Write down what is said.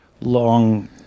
long